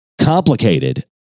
complicated